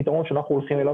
הפתרון שאנחנו הולכים אליו,